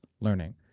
learning